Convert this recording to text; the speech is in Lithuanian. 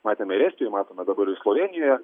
matėme ir estijoje matome dabar slovėnijoje